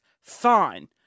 fine